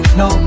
no